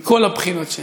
מכל הבחינות.